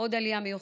עוד עלייה מיוחדת,